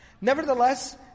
Nevertheless